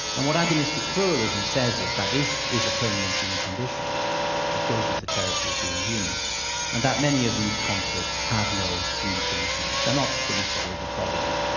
and what agonistic pluralism says is that this is a permanent human condition it goes with the territory of being human, and that many of these conflicts have no key solutions, they're not fully solvable problems.